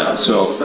so